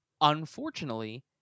unfortunately